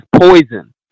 poison